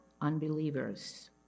unbelievers